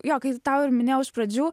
jo kai tau ir minėjau iš pradžių